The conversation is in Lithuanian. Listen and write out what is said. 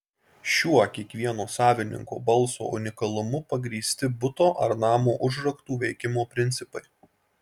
šiuo kiekvieno savininko balso unikalumu pagrįsti buto ar namo užraktų veikimo principai